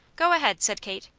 go ahead, said kate.